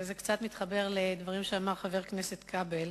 וזה קצת מתחבר לדברים שאמר חבר הכנסת כבל,